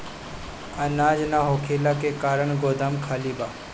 अनाज ना होखला के कारण गोदाम खाली बा